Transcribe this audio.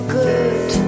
good